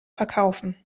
verkaufen